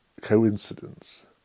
coincidence